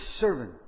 servant